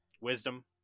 Wisdom